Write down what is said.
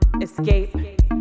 escape